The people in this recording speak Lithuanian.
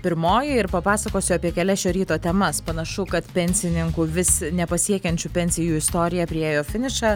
pirmoji ir papasakosiu apie kelias šio ryto temas panašu kad pensininkų vis nepasiekiančių pensijų istorija priėjo finišą